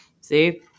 See